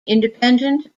independent